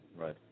Right